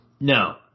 No